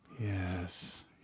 yes